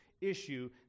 issue